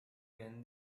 than